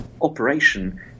operation